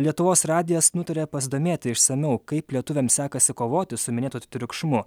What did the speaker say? lietuvos radijas nutarė pasidomėti išsamiau kaip lietuviams sekasi kovoti su minėtu triukšmu